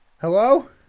Hello